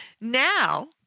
Now